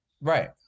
Right